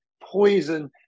poison